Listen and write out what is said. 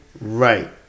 Right